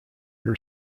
your